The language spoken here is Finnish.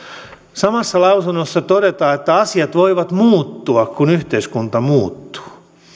samassa lausunnossa todetaan että asiat voivat muuttua kun yhteiskunta muuttuu